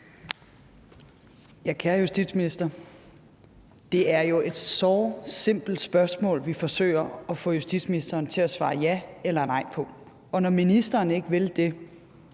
(V): Kære justitsminister. Det er jo et såre simpelt spørgsmål, vi forsøger at få justitsministeren til at svare ja eller nej på. Og når ministeren ikke vil det,